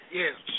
yes